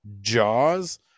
Jaws